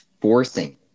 forcing